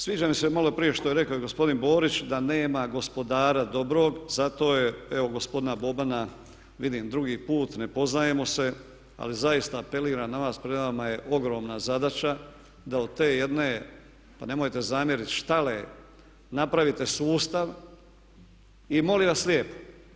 Sviđa mi se maloprije što je rekao gospodin Borić, da nema gospodara dobrog, zato je evo gospodina Bobana, vidim drugi put, ne poznajemo se ali zaista apeliram na vas, pred vama je ogromna zadaća da od te jedne pa nemojte zamjeriti štale napravite sustav i molim vas lijepo.